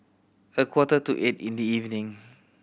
a quarter to eight in the evening